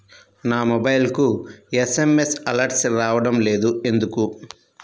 నా మొబైల్కు SMS alerts రావడం లేదు ఎందుకు?